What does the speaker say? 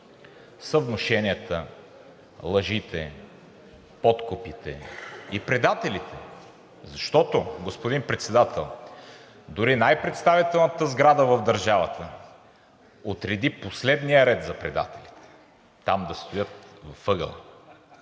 внушенията, лъжите, подкупите и предателите. Защото, господин Председател, дори най представителната сграда в държавата отреди последния ред за предателите – там да стоят, в ъгъла.